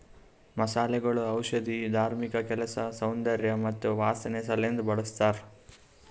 ಮಸಾಲೆಗೊಳ್ ಔಷಧಿ, ಧಾರ್ಮಿಕ ಕೆಲಸ, ಸೌಂದರ್ಯ ಮತ್ತ ವಾಸನೆ ಸಲೆಂದ್ ಬಳ್ಸತಾರ್